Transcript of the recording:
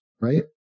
right